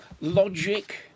logic